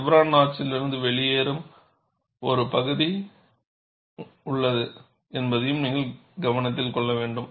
chevron நாட்ச்யிலிருந்து வெளியேறும் ஒரு பகுதி உள்ளது என்பதையும் நீங்கள் கவனத்தில் கொள்ள வேண்டும்